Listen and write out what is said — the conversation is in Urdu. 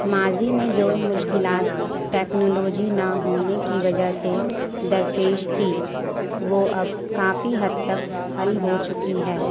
ماضی میں جو مشکلات ٹیکنالوجی نہ ہونے کی وجہ سے درپیش تھی وہ اب کافی حد تک حل ہو چکی ہے